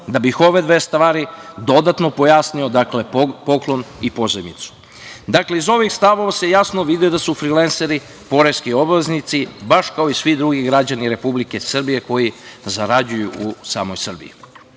da bih ove dve stvari dodatno pojasnio, dakle, poklon i pozajmicu. Dakle, iz ovih stavova se jasno vidi da su frilenseri poreski obveznici baš kao i svi drugi građani Republike Srbije koji zarađuju u samoj